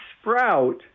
sprout